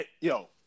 Yo